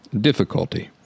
difficulty